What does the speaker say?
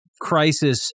crisis